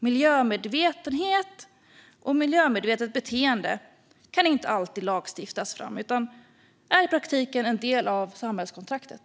Miljömedvetenhet och miljömedvetet beteende kan inte alltid lagstiftas fram utan är i praktiken en del av samhällskontraktet.